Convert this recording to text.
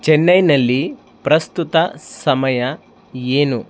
ಚೆನ್ನೈಯಲ್ಲಿ ಪ್ರಸ್ತುತ ಸಮಯ ಏನು